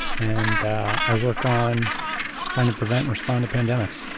and i work on trying to prevent respond to pandemics.